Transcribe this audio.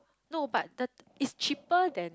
no but the is cheaper than